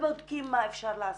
ובודקים מה אפשר לעשות,